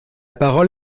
parole